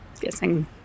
guessing